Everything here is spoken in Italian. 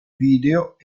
video